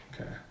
okay